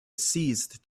ceased